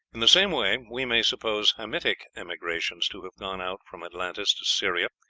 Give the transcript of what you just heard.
in the same way we may suppose hamitic emigrations to have gone out from atlantis to syria,